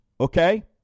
okay